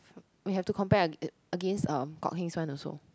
we have to compare against um Kok-Heng's one also